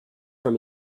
from